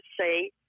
say